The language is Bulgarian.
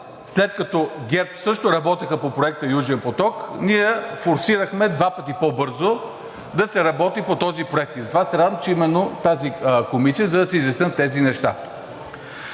след като ГЕРБ също работеха по проекта Южен поток, ние форсирахме два пъти по-бързо да се работи по този проект. И затова се радвам, че е именно тази комисия, за да се изяснят тези неща.